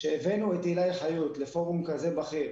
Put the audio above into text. שהבאנו את עילי חיות לפורום כזה בכיר